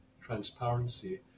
transparency